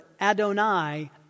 Adonai